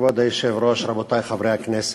כבוד היושב-ראש, רבותי חברי הכנסת,